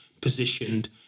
positioned